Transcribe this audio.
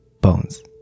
bones